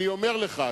אני אומר לך,